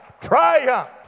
triumph